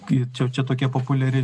kai čia čia tokia populiari